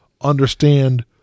understand